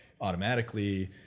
automatically